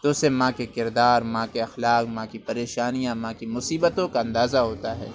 تو اُس سے ماں کے کردار ماں کے اخلاق ماں کی پریشانیاں ماں کی مصیبتوں کا اندازہ ہوتا ہے